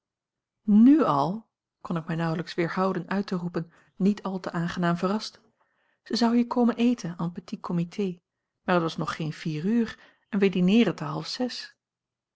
nu al kon ik mij nauwelijks weerhouden uit te roepen niet al te aangenaam verrast zij zou hier komen eten en petit comité maar het was nog geen vier uur en wij dineeren te half